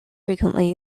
frequently